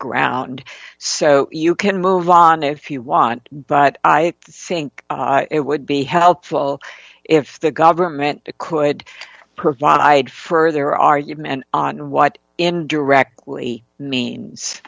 ground so you can move on if you want but i think it would be helpful if the government could provide further argument on what indirectly means